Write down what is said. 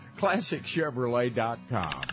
ClassicChevrolet.com